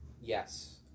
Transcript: Yes